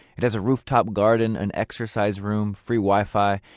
it has a rooftop garden, an exercise room, free wi-fi,